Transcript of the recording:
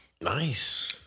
nice